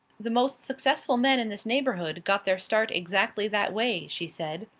the most successful men in this neighbourhood got their start exactly that way, she said.